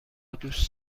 دوست